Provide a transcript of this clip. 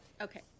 Okay